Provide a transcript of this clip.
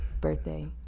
birthday